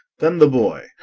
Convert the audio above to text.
then the boy,